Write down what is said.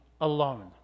alone